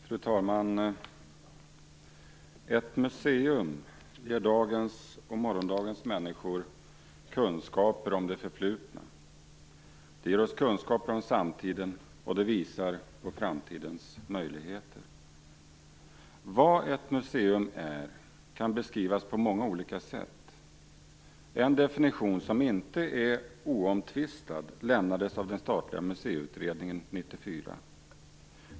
Fru talman! Ett museum ger dagens och morgondagens människor kunskaper om det förflutna, det ger oss kunskap om samtiden, och det visar framtidens möjligheter. Vad ett museum är kan beskrivas på många olika sätt. En definition, som inte är oomtvistad, lämnades av den statliga museiutredningen 1994.